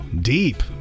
Deep